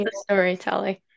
storytelling